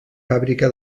fàbrica